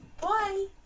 Bye